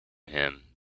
him